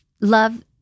love